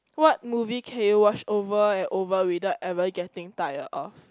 what movie can you watch over and over without ever getting tired of